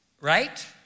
right